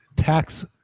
tax